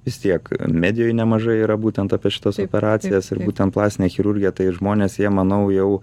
vis tiek medijoje nemažai yra būtent apie šitas operacijas ir būtent plastinę chirurgiją tai žmonės jie manau jau